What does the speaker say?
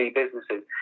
businesses